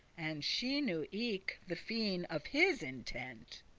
and she knew eke the fine of his intent.